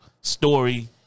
story